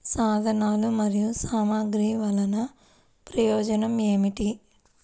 సాధనాలు మరియు సామగ్రి వల్లన ప్రయోజనం ఏమిటీ?